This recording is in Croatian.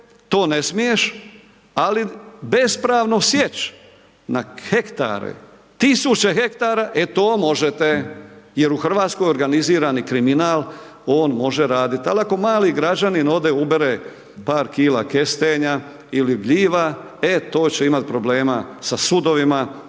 to ne smiješ, ali bespravno sijeć, na hektare, tisuće hektara, e to možete jer u RH organizirani kriminal, on može radit, al ako mali građanin ode, ubere par kila kestenja ili gljiva, e to će imati problema sa sudovima,